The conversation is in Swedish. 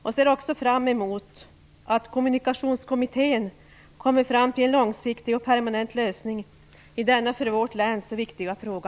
Jag ser också fram emot att Kommunikationskommittén skall komma fram till en långsiktig och permanent lösning i denna för vårt län så viktiga fråga.